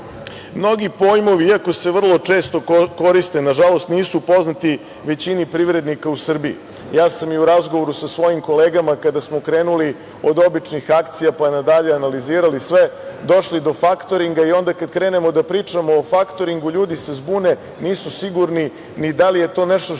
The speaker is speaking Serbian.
EU.Mnogi pojmovi, iako se vrlo često koriste nažalost nisu poznati većini privrednika u Srbiji. Ja sam i u razgovoru sa svojim kolegama kada smo krenuli od običnih akcija, pa na dalje analizirali sve došli do faktoringa i onda kad krenemo da pričamo o faktoringu ljudi se zbune, nisu sigurni ni da li je to nešto što